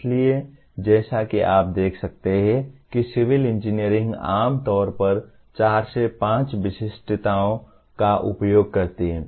इसलिए जैसा कि आप देख सकते हैं कि सिविल इंजीनियरिंग आम तौर पर चार से पांच विशिष्टताओं का उपयोग करती है